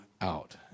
out